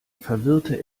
verwirrte